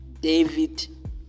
David